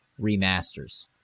remasters